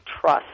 Trust